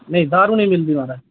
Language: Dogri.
नेईं दारू नेईं मिलदी म्हाराज